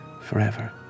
forever